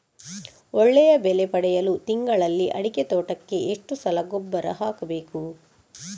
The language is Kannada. ಒಳ್ಳೆಯ ಬೆಲೆ ಪಡೆಯಲು ತಿಂಗಳಲ್ಲಿ ಅಡಿಕೆ ತೋಟಕ್ಕೆ ಎಷ್ಟು ಸಲ ಗೊಬ್ಬರ ಹಾಕಬೇಕು?